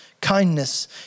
kindness